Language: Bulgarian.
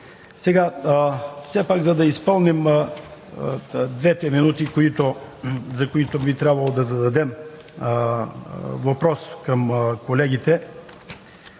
Все пак, за да изпълним двете минути, в които би трябвало да зададем въпрос към колегите,